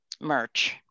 merch